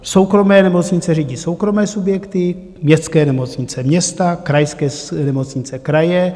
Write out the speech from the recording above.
Soukromé nemocnice řídí soukromé subjekty, městské nemocnice města, krajské nemocnice kraje.